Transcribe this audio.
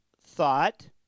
thought